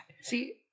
See